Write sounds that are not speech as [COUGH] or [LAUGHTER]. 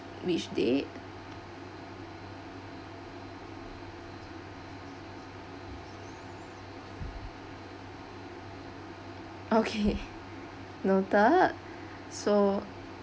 which date okay [LAUGHS] noted so